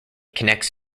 connects